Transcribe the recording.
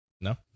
No